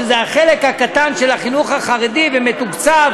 שזה החלק הקטן של החינוך החרדי ומתוקצב